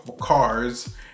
cars